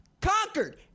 conquered